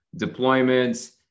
Deployments